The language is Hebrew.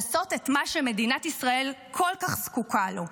לעשות את מה שמדינת ישראל כל כך זקוקה לו.